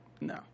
No